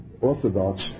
Orthodox